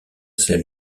sel